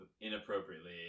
inappropriately